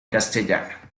castellano